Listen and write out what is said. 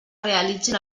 realitzin